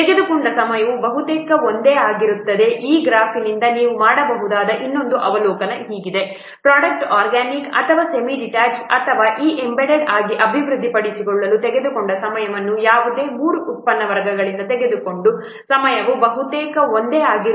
ತೆಗೆದುಕೊಂಡ ಸಮಯವು ಬಹುತೇಕ ಒಂದೇ ಆಗಿರುತ್ತದೆ ಈ ಗ್ರಾಫ್ನಿಂದ ನೀವು ಮಾಡಬಹುದಾದ ಇನ್ನೊಂದು ಅವಲೋಕನ ಹೀಗಿದೆ ಪ್ರೊಡಕ್ಟ್ ಆರ್ಗ್ಯಾನಿಕ್ ಅಥವಾ ಸೆಮಿ ಡಿಟ್ಯಾಚ್ಗೆ ಅಥವಾ ಈ ಎಂಬೆಡೆಡ್ ಆಗಿ ಅಭಿವೃದ್ಧಿಪಡಿಸಲು ತೆಗೆದುಕೊಂಡ ಸಮಯವನ್ನು ಯಾವುದೇ 3 ಉತ್ಪನ್ನ ವರ್ಗಗಳಿಗೆ ತೆಗೆದುಕೊಂಡ ಸಮಯವು ಬಹುತೇಕ ಒಂದೇ ಆಗಿರುತ್ತದೆ